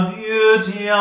beauty